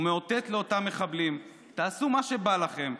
הוא מאותת לאותם מחבלים: תעשו מה שבא לכם,